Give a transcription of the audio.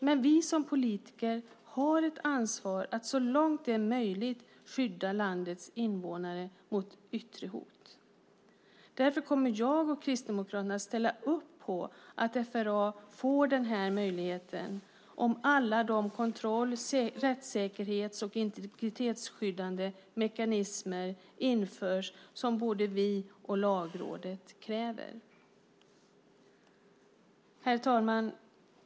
Men vi som politiker har ett ansvar för att så långt det är möjligt skydda landets medborgare mot yttre hot. Därför kommer jag och Kristdemokraterna att ställa upp på att FRA får den här möjligheten om alla de kontroll-, rättssäkerhets och integritetsskyddande mekanismer som både vi och Lagrådet kräver införs. Herr talman!